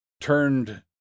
turned